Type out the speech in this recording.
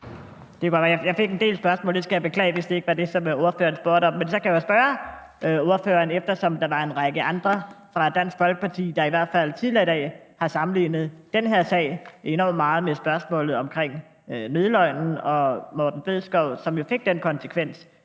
Jeg fik en del spørgsmål. Jeg skal beklage, hvis det ikke var det, som ordføreren spurgte om. Men så kan jeg jo spørge ordføreren, eftersom der var en række andre fra Dansk Folkeparti, der i hvert fald tidligere i dag har sammenlignet den her sag enormt meget med spørgsmålet om nødløgnen og Morten Bødskov, som jo fik den konsekvens,